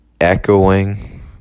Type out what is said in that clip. echoing